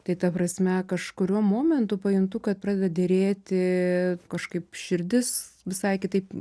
tai ta prasme kažkuriuo momentu pajuntu kad pradeda derėti kažkaip širdis visai kitaip